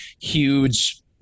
huge